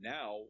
Now